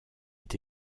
est